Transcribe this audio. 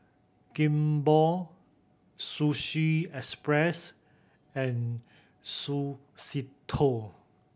Kimball Sushi Express and Suavecito